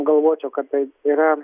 galvočiau kad tai yra